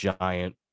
giant